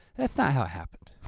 that's not how it happened.